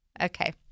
Okay